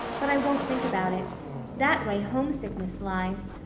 but i won't think about it that way homesickness lies.